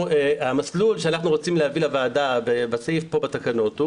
המסלול שאנחנו רוצים להביא לוועדה בסעיף פה בתקנות הוא